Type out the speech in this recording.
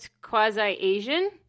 quasi-Asian